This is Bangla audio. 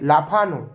লাফানো